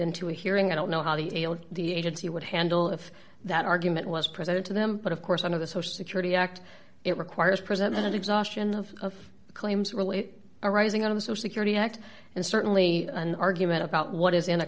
into a hearing i don't know how the agency would handle if that argument was presented to them but of course none of the social security act it requires presented exhaustion of claims really arising out of the so security act and certainly an argument about what is